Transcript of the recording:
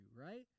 right